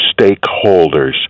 stakeholders